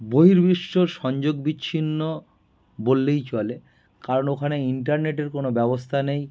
বহির্বিশ্ব সংযোগ বিচ্ছিন্ন বললেই চলে কারণ ওখানে ইন্টারনেটের কোনো ব্যবস্থা নেই